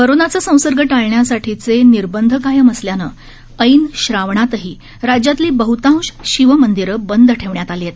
कोरोनाचा संसर्ग टाळण्यासाठीचे निर्बंध कायम असल्यानं ऐन श्रावणातही राज्यातली बहतांश शिवमंदिरं बंद ठेवण्यात आली आहेत